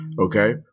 okay